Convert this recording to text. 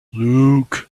luke